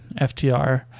FTR